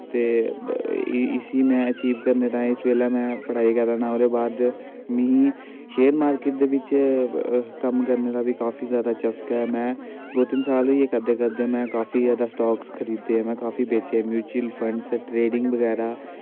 ते इसी मैं अचीव करने ताईं इस बेल्लै मैं पढ़ाई करा ना ओह्दे बाद मिगी शेयर मार्केट दे बिच्च कम्म करने दा बी काफी जादा चस्का ऐ मैं दो तिन साल होइये करदे करदे में काफी जादा स्टाक्स खरीदे में काफी बेच्चे मूचल फंडस ट्रेड़िंग बगैरा